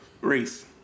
Reese